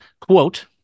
Quote